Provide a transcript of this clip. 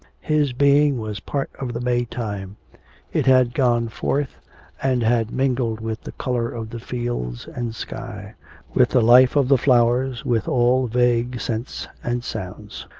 his being was part of the may time it had gone forth and had mingled with the colour of the fields and sky with the life of the flowers, with all vague scents and sounds.